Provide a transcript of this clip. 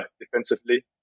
defensively